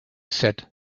said